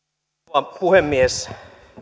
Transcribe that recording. arvoisa rouva puhemies